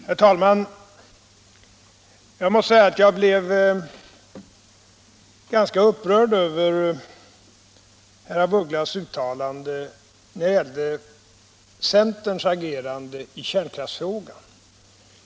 Herr talman! Jag måste säga att jag blev ganska upprörd över herr af Ugglas uttalande när det gällde centerns agerande i kärnkraftsfrågan.